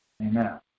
Amen